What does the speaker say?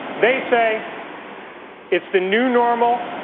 they say it's the new normal.